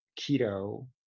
keto